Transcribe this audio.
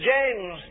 James